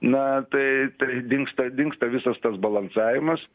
na tai tai dingsta dingsta visas tas balansavimas